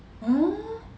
oh